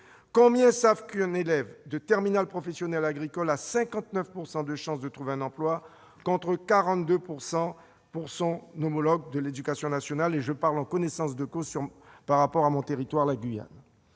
Combien savent qu'un élève de terminale professionnelle agricole a 59 % de chances de trouver un emploi, contre 42 % pour son homologue de l'enseignement